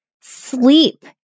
sleep